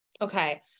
Okay